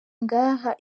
ngaha